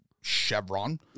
Chevron